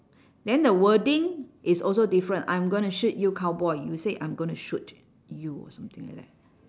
then the wording is also different I'm gonna shoot you cowboy you say I'm going to shoot you or something like that